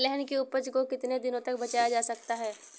तिलहन की उपज को कितनी दिनों तक बचाया जा सकता है?